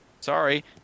sorry